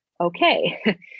okay